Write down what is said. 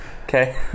Okay